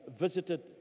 visited